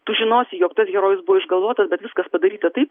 tu žinosi jog tas herojus buvo išgalvotas bet viskas padaryta taip